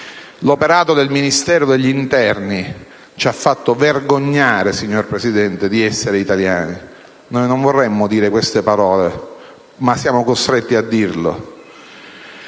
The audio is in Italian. l'operato del Ministero dell'interno ci ha fatto vergognare di essere italiani. Non vorremmo dire queste parole, ma siamo costretti a farlo.